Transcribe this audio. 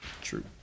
True